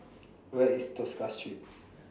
Where IS Tosca Street